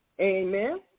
Amen